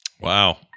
Wow